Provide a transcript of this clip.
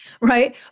right